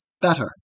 better